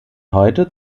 heute